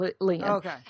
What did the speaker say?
Okay